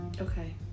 Okay